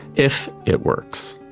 if it works.